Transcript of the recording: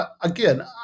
again